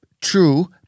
true